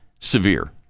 severe